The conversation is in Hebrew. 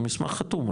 הוא מסמך חתום,